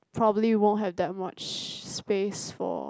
probably won't have that much spaces for